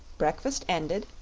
breakfast ended,